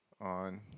on